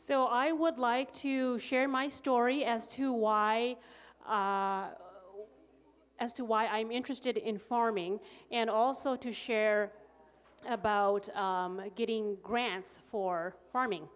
so i would like to share my story as to why as to why i'm interested in farming and also to share about getting grants for farming